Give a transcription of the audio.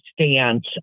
stance